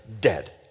dead